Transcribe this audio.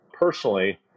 personally